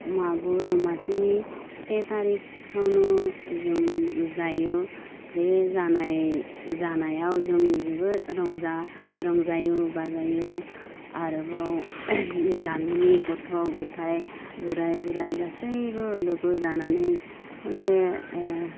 मागो दमासिनि से थारिकआवनो जों जायो बे जानाय जानायाव जों जोबोद रंजायो बाजायो आरोबाव गामिनि गथ' ग'थाइ बोराइ बोराइ गासैबो लोगो जानानै खनसे